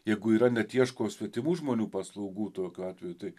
jeigu yra net ieško svetimų žmonių paslaugų tokiu atveju tai